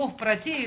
גוף פרטי?